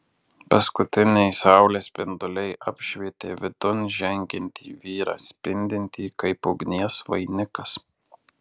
paskutiniai saulės spinduliai apšvietė vidun žengiantį vyrą spindintį kaip ugnies vainikas